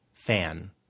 fan